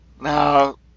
now